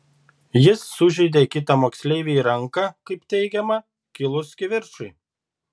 jis sužeidė kitą moksleivį į ranką kaip teigiama kilus kivirčui